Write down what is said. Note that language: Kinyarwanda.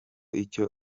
icyo